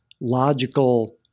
logical